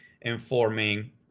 informing